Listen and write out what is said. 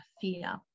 fear